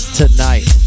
tonight